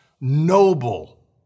noble